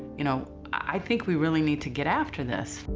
you know i think we really need to get after this.